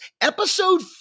episode